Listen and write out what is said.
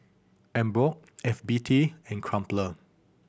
Emborg F B T and Crumpler